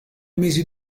mesi